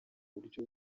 buryo